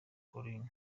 collines